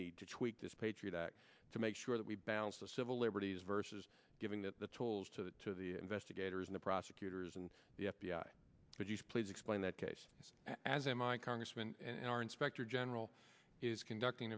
need to tweak this patriot act to make sure that we balance of civil liberties versus giving that the tools to the to the investigators and prosecutors and the f b i would you please explain that case as a my congressman and our inspector general is conducting